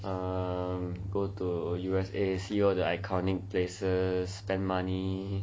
um go to U_S_A see all the iconic places spend money